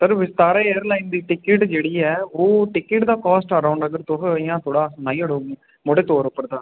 sir Vistara airline दी ticket जेह्ड़ी ऐ ओह् टिकट दा कास्ट आराउंड अगर तुस इ'यां थोह्ड़ा सनाई ओड़ो मी मोटे तौर उप्पर तां